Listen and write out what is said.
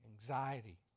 anxiety